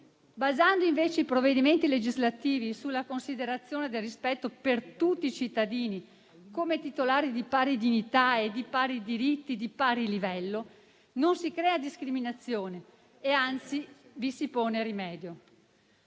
Basando invece i provvedimenti legislativi sulla considerazione del rispetto per tutti i cittadini, come titolari di pari dignità e di pari diritti, di pari livello, non si crea discriminazione e anzi vi si pone rimedio.